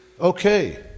okay